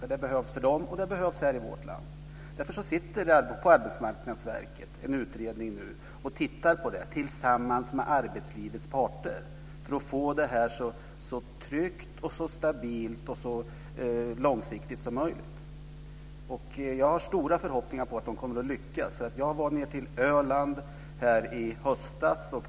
Det behöver de, och det behövs också här i vårt land. Därför sitter en utredning på Arbetsmarknadsverket och tittar på detta tillsammans med arbetslivets parter för att få detta så tryggt, stabilt och långsiktigt som möjligt. Jag har stora förhoppningar på att de kommer att lyckas. Jag var nere på Öland i höstas.